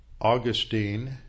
Augustine